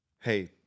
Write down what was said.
Hey